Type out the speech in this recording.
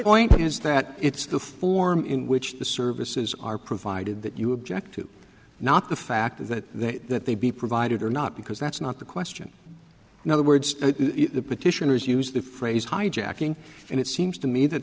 point is that it's the form in which the services are provided that you object to not the fact that they that they be provided are not because that's not the question now the words the petitioners use the phrase hijacking and it seems to me that